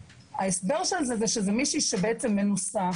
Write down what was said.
ההסבר של זה הוא שזאת מישהי שהיא מנוסה,